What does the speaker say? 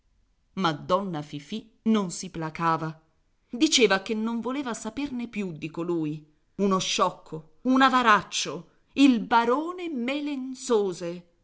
donna fifì non si placava diceva che non voleva saperne più di colui uno sciocco un avaraccio il barone